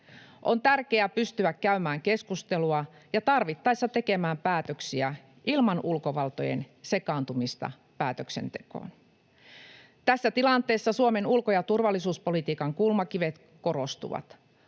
On tärkeää pystyä käymään keskustelua ja tarvittaessa tekemään päätöksiä ilman ulkovaltojen sekaantumista päätöksentekoon. Tässä tilanteessa korostuvat Suomen ulko- ja turvallisuuspolitiikan kulmakivet: vahva,